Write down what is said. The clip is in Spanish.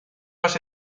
los